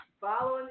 Following